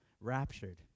raptured